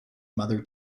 mother